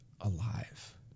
alive